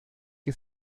que